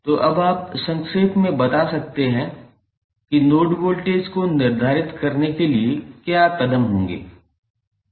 तो अब आप संक्षेप में बता सकते हैं कि नोड वोल्टेज को निर्धारित करने के लिए क्या कदम होंगे